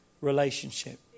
relationship